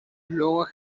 luego